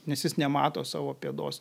nes jis nemato savo pėdos